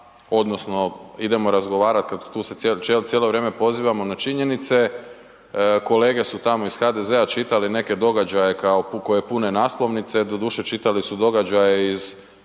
odnosno idemo razgovarat kad tu se cijelo vrijeme pozivamo na činjenice, kolege su tamo iz HDZ-a su čitali neke događaje kao koje pune naslovnice, doduše čitali su događaje iz